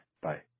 Bye